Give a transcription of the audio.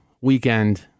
weekend